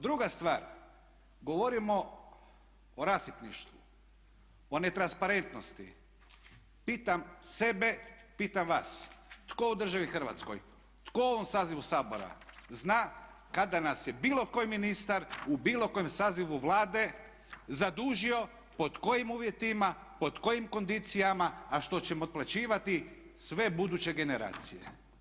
Druga stvar, govorimo o rasipništvu, o netransparentnosti, pitam sebe, pitam vas, tko u državi Hrvatskoj, tko u ovom sazivu Sabor zna kada nas je bilo koji ministar u bilo kojem sazivu Vlade zadužio, pod kojim uvjetima, pod kojim kondicijama a što ćemo otplaćivati sve buduće generacije.